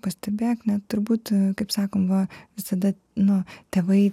pastebėk net turbūt kaip sakom va visada nu tėvai